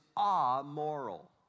amoral